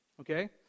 Okay